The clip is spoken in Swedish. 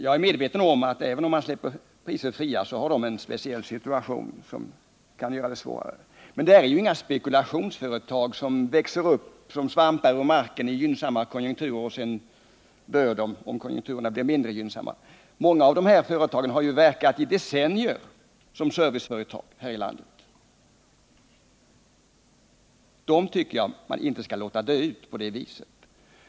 Jag är medveten om att de små företagen, även om man släpper priserna fria, har en speciell situation som kan försvåra deras möjligheter. Men det är inga spekulationsföretag som växer upp som svampar ur jorden i gynnsamma konjunkturer och sedan dör när konjunkturerna blir mindre gynnsamma. Många av dem har verkat i decennier som serviceföretag här i landet. Jag tycker att man inte skall låta dem dö ut på det sätt som sker.